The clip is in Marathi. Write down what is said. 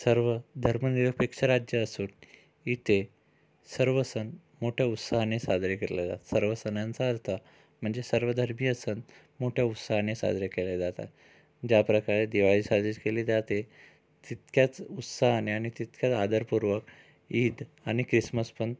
सर्व धर्मनिरपेक्ष राज्य असून इथे सर्व सण मोठ्या उत्साहाने साजरे केले जात सर्व सणांचा अर्थ म्हणजे सर्व धर्मीय सण मोठ्या उत्साहाने साजरे केले जातात ज्याप्रकारे दिवाळी साजरी केली जाते तितक्याच उत्साहाने आणि तितक्याच आदरपूर्वक ईद आणि ख्रिसमस पण